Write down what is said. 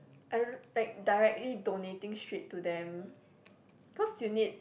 I don't like directly donating straight to them cause you need